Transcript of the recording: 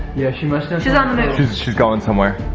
yeah she must of. she's on she's going somewhere.